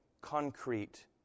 concrete